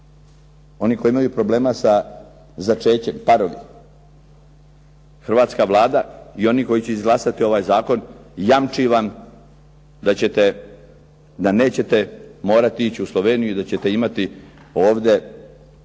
Oni koji imaju problema sa začećem, parovi, hrvatska Vlada i oni koji će izglasati ovaj jamči vam da nećete morat ići u Sloveniju i da ćete imati ovdje